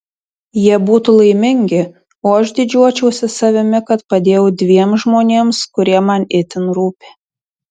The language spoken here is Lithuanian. jie būtų laimingi o aš didžiuočiausi savimi kad padėjau dviem žmonėms kurie man itin rūpi